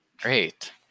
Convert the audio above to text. Great